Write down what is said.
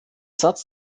satz